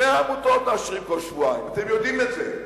100 עמותות מאשרים כל שבועיים, אתם יודעים את זה.